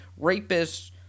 rapists